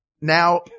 Now